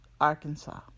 Arkansas